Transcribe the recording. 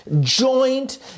joint